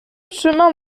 chemin